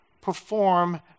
perform